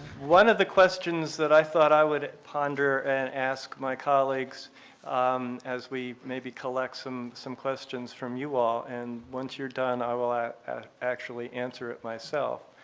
one of the questions that i thought i would ponder and ask my colleagues as we maybe collect some some questions from you all and once you're done, i will actually answer it myself,